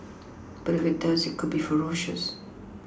but if it does it could be ferocious